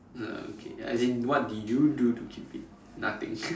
oh okay as in what did you do to keep fit nothing